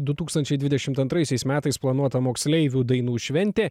du tūkstančiai dvidešimt antraisiais metais planuota moksleivių dainų šventė